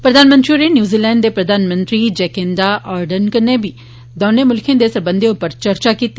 प्रघानमंत्री होरें न्यूजीलैंड दे प्रघानमंत्री जैकिंडा आर्डन कन्नै बी दौनें मुल्खें दे सरबंघें उप्पर चर्चा कीती